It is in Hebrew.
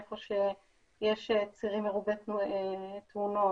איפה שיש צירים מרובי תאונות.